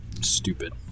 stupid